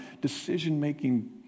decision-making